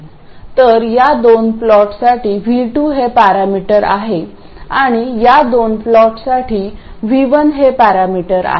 तर या दोन प्लॉटसाठी V2 हे पॅरामीटर आहे आणि या दोन प्लॉटसाठी V1 हे पॅरामीटर आहे